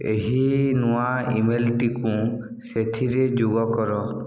ଏହି ନୂଆ ଇମେଲ୍ଟିକୁ ସେଥିରେ ଯୋଗ କର